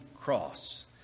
cross